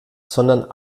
sondern